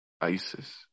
ISIS